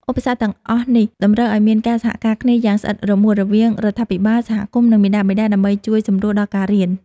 ឧបសគ្គទាំងអស់នេះតម្រូវឱ្យមានការសហការគ្នាយ៉ាងស្អិតរមួតរវាងរដ្ឋាភិបាល សហគមន៍ និង មាតាបិតា ដើម្បីជួយសម្រួលដល់ការរៀន។